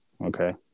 Okay